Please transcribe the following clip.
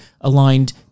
aligned